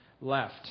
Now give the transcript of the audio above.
left